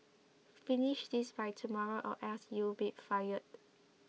finish this by tomorrow or else you'll be fired